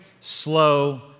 slow